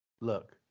Look